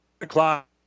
o'clock